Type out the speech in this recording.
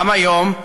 גם היום,